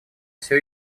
все